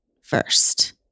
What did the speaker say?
first